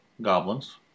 goblins